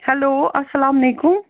hello اسلام علیکُم